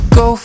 go